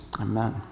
amen